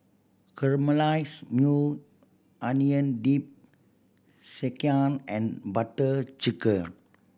Caramelize Maui Onion Dip Sekihan and Butter Chicken